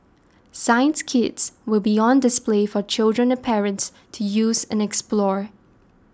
science kits will be on display for children and parents to use and explore